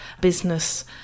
business